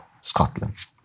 Scotland